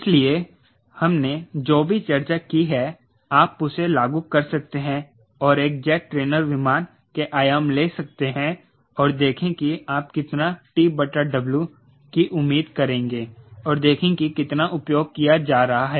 इसलिए हमेने जो भी चर्चा की है आप उसे लागू कर सकते हैं और एक जेट ट्रेनर विमान के आयाम ले सकते हैं और देखें कि आप कितना TW की उम्मीद करेंगे और देखें कि कितना उपयोग किया जा रहा है